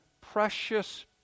precious